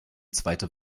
zweite